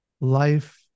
life